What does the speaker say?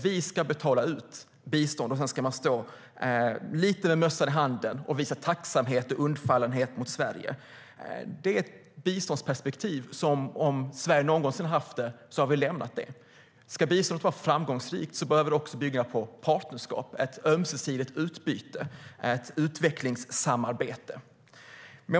Vi ska betala ut bistånd, och sedan ska mottagarna stå med mössan i hand och visa tacksamhet och undfallenhet mot Sverige. Det är ett biståndsperspektiv som vi, om vi någonsin haft det, har lämnat. Ska biståndet vara framgångsrikt behöver det bygga på partnerskap, på ett ömsesidigt utbyte. Det ska vara ett utvecklingssamarbete.